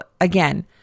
again